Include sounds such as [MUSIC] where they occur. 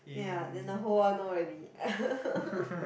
ya then the whole world know already [LAUGHS]